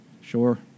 Sure